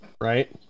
right